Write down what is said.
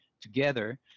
together